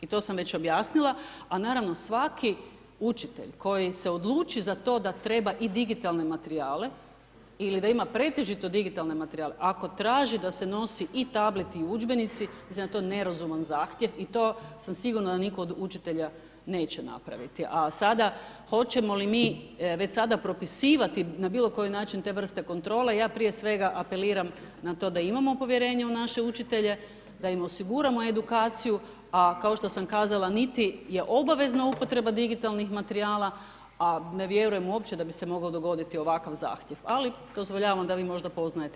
I to sam već objasnila, a naravno svaki učitelj koji se odluči za to da treba i digitalne materijale ili da ima pretežito digitalne materijale, ako traži da se nosi i tableti i udžbenici, mislim da je to nerazumni zahtjev i to sam sigurna da nitko od učitelja neće napraviti, a sada, hoćemo li mi već sada propisivati na bilo koji način te vrste kontrole, ja prije svega apeliram na to da imamo povjerenja u naše učitelje, da im osiguramo edukaciju, a kao što sam kazala, niti je obavezna upotreba digitalnih materijala, a ne vjerujem uopće da bi se mogao dogoditi ovakav zahtjev, ali dozvoljavam da vi možda poznajete